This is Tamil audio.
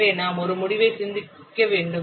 எனவே நாம் ஒரு முடிவை சிந்திக்க வேண்டும்